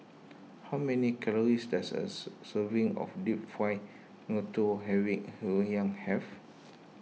how many calories does as serving of Deep Fried Ngoh Hiang have